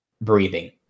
breathing